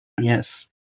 Yes